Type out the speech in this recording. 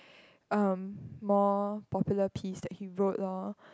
um more popular piece that he wrote lor